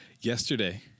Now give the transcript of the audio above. yesterday